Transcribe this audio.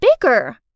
bigger